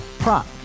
Prop